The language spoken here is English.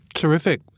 Terrific